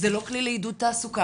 זה לא כלי לעידוד תעסוקה,